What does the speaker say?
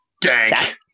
Dank